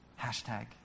Hashtag